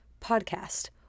podcast